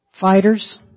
fighters